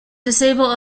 disable